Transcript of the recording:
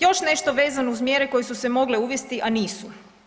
Još nešto vezano uz mjere koje su se mogle uvesti, a nisu.